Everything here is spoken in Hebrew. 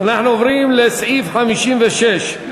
אנחנו עוברים לסעיף 56(6),